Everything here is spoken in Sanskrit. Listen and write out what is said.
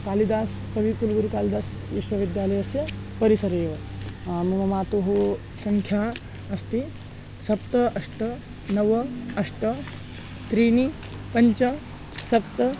कालिदासः कविकुलगुरुकालिदास विश्वविद्यालयस्य परिसरे एव मम मातुः सङ्ख्या अस्ति सप्त अष्ट नव अष्ट त्रीणि पञ्च सप्त